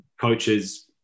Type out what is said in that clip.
coaches